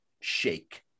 shake